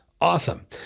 Awesome